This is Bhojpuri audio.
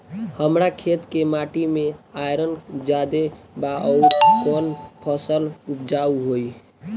हमरा खेत के माटी मे आयरन जादे बा आउर कौन फसल उपजाऊ होइ?